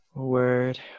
word